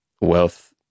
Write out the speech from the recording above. wealth